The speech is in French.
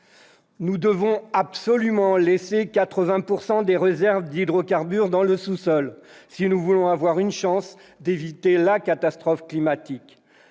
Nous devons absolument laisser 80 % des réserves d'hydrocarbures dans le sous-sol si nous voulons avoir une chance d'éviter la catastrophe climatique.